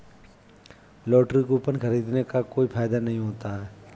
lottery coupon खरीदने का कोई फायदा नहीं होता है